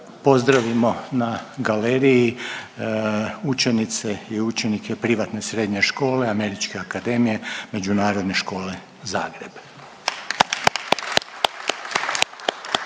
pozdravimo na galeriji učenice i učenice privatne srednje škole Američke akademije međunarodne škole Zagreb.